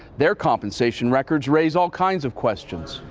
their compensation records raise all kinds of questions.